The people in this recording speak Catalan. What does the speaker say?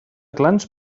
clans